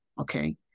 okay